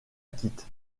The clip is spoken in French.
quitte